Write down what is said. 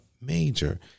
major